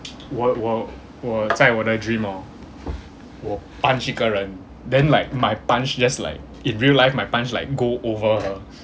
我我我在我的 dream orh 我 punch 一个人 then like my punch just like in real life my punch like go over her